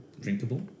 drinkable